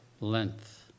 length